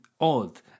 odd